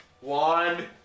One